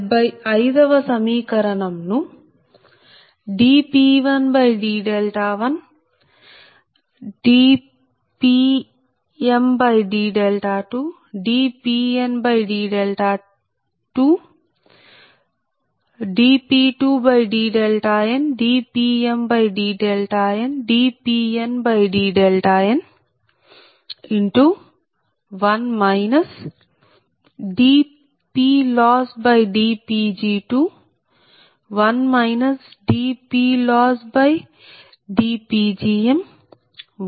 75 వ సమీకరణం ను dP2d2 dPmd2 ⋱ dP2dndPmdn dPnd2 dPndn1 dPLossdPg2 1 dPLossdPgm 1 1 dP1d2 dP1dn గా రాయచ్చు